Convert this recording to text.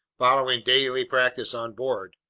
following daily practice on board.